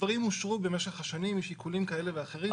דברים אושרו במשך השנים משיקולים כאלה ואחרים.